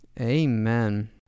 Amen